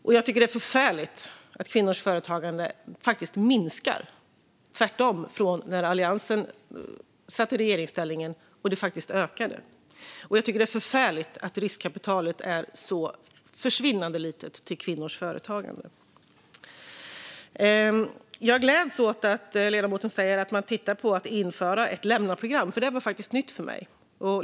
Jag tycker att det är förfärligt att kvinnors företagande minskar. När Alliansen satt i regeringsställning var det tvärtom så att det ökade. Jag tycker också att det är förfärligt att riskkapitalet till kvinnors företagande är så försvinnande litet. Jag gläds åt att ledamoten säger att man tittar på att införa ett lämnaprogram. Det var faktiskt nytt för mig.